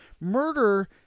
murder